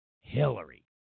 hillary